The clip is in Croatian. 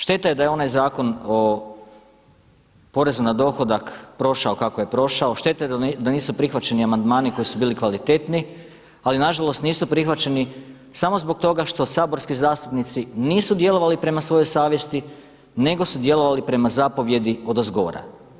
Šteta je da je ona zakon o porezu na dohodak prošao kako je prošao, šteta je da nisu prihvaćeni amandmani koji su bili kvalitetni, ali nažalost nisu prihvaćeni samo zbog toga što saborski zastupnici nisu djelovali prema svojoj savjesti nego su djelovali prema zapovijedi odozgora.